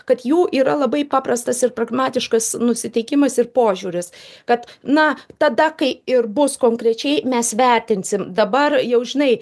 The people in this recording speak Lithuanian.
kad jų yra labai paprastas ir pragmatiškas nusiteikimas ir požiūris kad na tada kai ir bus konkrečiai mes vertinsim dabar jau žinai